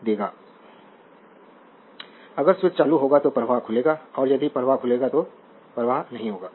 slide समय देखें 0736 अगर स्विच चालू होगा तो प्रवाह खुलेगा और यदि प्रवाह खुलेगा तो प्रवाह नहीं होगा